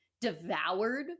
devoured